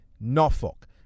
norfolk